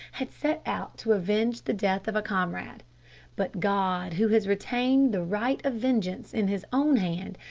had set out to avenge the death of a comrade but god, who has retained the right of vengeance in his own hand,